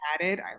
added